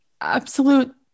absolute